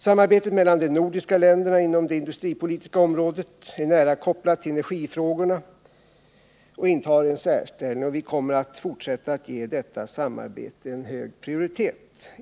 Samarbetet mellan de nordiska länderna inom det industripolitiska området är nära kopplat till energifrågorna och intar en särställning, och vi kommer att fortsätta att ge detta samarbete hög prioritet.